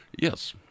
Yes